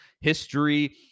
history